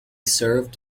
served